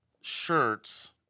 shirts